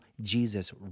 Jesus